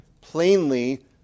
plainly